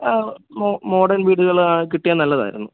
ആ മോഡേൺ വീടുകൾ ആ കിട്ടിയാൽ നല്ലതായിരുന്നു